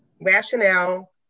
rationale